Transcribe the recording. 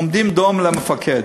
עומדים דום למפקד.